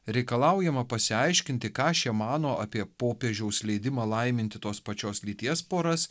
reikalaujama pasiaiškinti ką šie mano apie popiežiaus leidimą laiminti tos pačios lyties poras